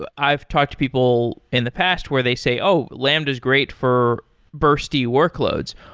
but i've talked to people in the past where they say, oh! lambda is great for bursty workloads.